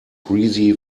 greasy